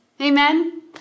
Amen